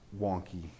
wonky